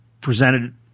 presented